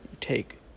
Take